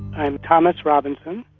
i'm thomas robinson,